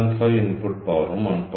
75 input പവറും 1